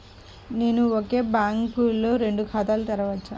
నేను ఒకే బ్యాంకులో రెండు ఖాతాలు తెరవవచ్చా?